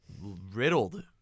riddled